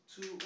two